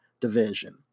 division